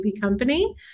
company